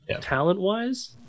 Talent-wise